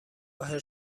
حرص